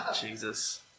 Jesus